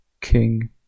King